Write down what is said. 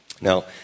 Now